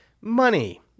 Money